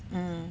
mm